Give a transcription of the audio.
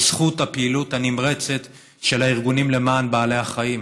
בזכות הפעילות הנמרצת של הארגונים למען בעלי החיים